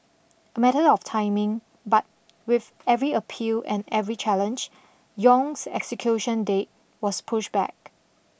a matter of timing but with every appeal and every challenge Yong's execution date was pushed back